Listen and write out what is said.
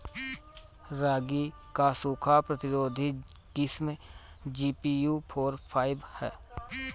रागी क सूखा प्रतिरोधी किस्म जी.पी.यू फोर फाइव ह?